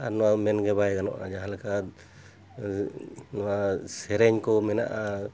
ᱟᱨ ᱱᱚᱣᱟ ᱢᱮᱱᱜᱮ ᱵᱟᱭ ᱜᱟᱱᱚᱜᱼᱟ ᱡᱟᱦᱟᱸ ᱞᱮᱠᱟ ᱱᱚᱣᱟ ᱥᱮᱨᱮᱧ ᱠᱚ ᱢᱮᱱᱟᱜᱼᱟ